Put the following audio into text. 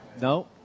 No